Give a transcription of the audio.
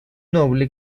noble